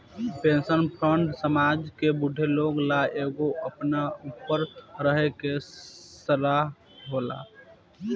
pension fund समाज के बूढ़ लोग ला एगो अपना ऊपर रहे के सहारा होला